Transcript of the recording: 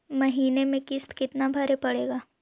महीने में किस्त कितना भरें पड़ेगा?